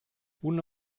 una